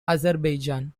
azerbaijan